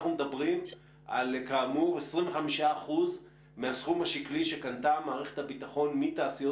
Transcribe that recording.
אנחנו מדברים כאמור על 25% מהסכום השקלי שקנתה מערכת הביטחון מתעשיות